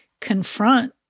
confront